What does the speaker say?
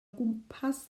gwmpas